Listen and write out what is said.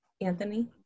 Anthony